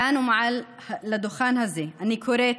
כאן, מעל הדוכן הזה, אני קוראת